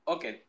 Okay